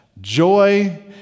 joy